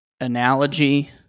analogy